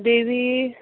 देवी